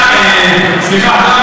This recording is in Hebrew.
סליחה.